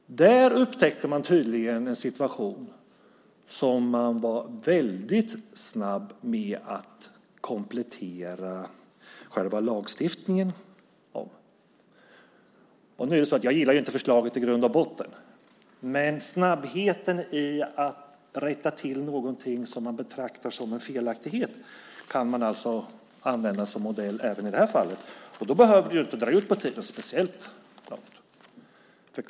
Där upptäckte man en situation och var väldigt snabb att komplettera själva lagstiftningen. Jag gillar inte förslaget i grund och botten, men snabbheten att rätta till någonting som man betraktar som en felaktighet kan alltså användas som modell även i det här fallet. Då behöver man inte dra ut på tiden speciellt länge.